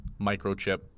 Microchip